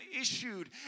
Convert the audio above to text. issued